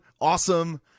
Awesome